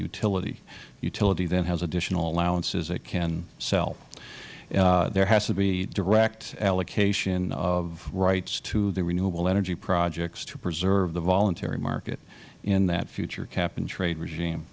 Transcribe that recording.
utility the utility then has additional allowances it can sell there has to be direct allocation of rights to the renewable energy projects so preserve the voluntary market in that future cap and trade